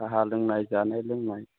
साहा लोंनाय जानाय लोंनाय